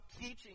teaching